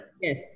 Yes